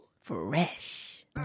fresh